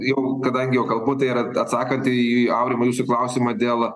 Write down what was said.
jau kadangi jau kalbu tai yra atsakant į aurimui į jūsų klausimą dėl